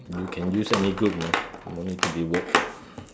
you can use any group you want no need to be work